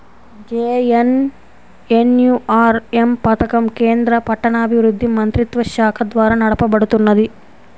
JNNURM పథకం కేంద్ర పట్టణాభివృద్ధి మంత్రిత్వశాఖ ద్వారా నడపబడుతున్నది